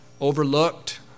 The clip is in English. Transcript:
overlooked